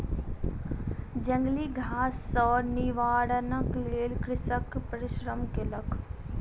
जंगली घास सॅ निवारणक लेल कृषक परिश्रम केलक